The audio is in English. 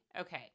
Okay